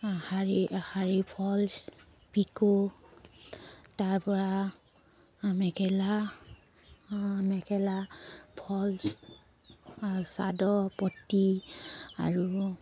শাৰী শাৰী ফলছ পিকো তাৰপৰা মেখেলা মেখেলা ফলচ চাদৰৰ পতি আৰু